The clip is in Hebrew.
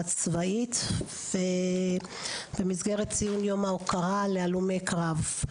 צבאית במסגרת ציון יום ההוקרה להלומי קרב.